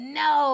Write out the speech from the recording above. no